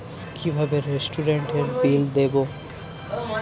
কিভাবে রেস্টুরেন্টের বিল দেবো?